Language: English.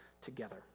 together